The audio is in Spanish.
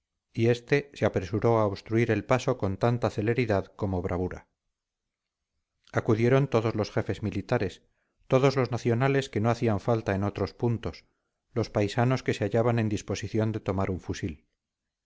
y este se apresuró a obstruir el paso con tanta celeridad como bravura acudieron todos los jefes militares todos los nacionales que no hacían falta en otros puntos los paisanos que se hallaban en disposición de tomar un fusil